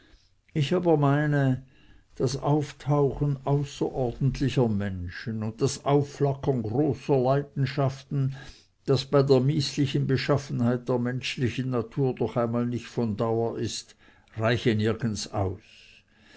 ich aber meine das auftauchen außerordentlicher menschen und das aufflackern großer leidenschaften das bei der mißlichen beschaffenheit der menschlichen natur doch einmal nicht von dauer ist reiche nirgends aus